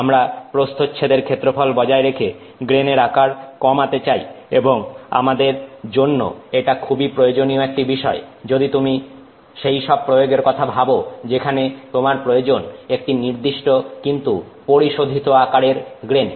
আমরা প্রস্থচ্ছেদের ক্ষেত্রফল বজায় রেখে গ্রেনের আকার কমাতে চাই এবং আমাদের জন্য এটা খুবই প্রয়োজনীয় একটি বিষয় যদি তুমি সেইসব প্রয়োগের কথা ভাবো যেখানে তোমার প্রয়োজন একটি নির্দিষ্ট কিন্তু পরিশোধিত আকারের গ্রেন